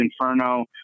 Inferno